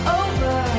over